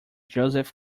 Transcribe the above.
joseph